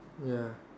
ya